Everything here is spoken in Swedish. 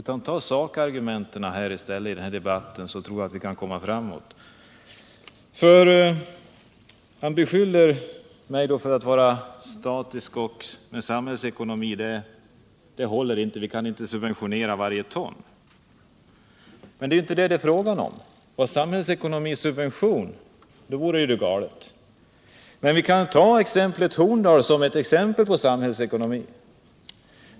Ta sakargumenten i stället i den här debatten, så tror jag vi kan komma framåt! Anders Wijkman beskyller mig för att vara statisk, och detta med samhällsekonomi håller inte; vi kan inte subventionera varje ton. Men det är inte fråga om det. Om samhällsekonomi var subvention vore det galet. Vi kan ta Horndal som ett exempel på samhällsekonomi.